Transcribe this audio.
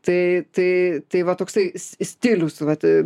tai tai tai va toksai stilius vat